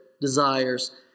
desires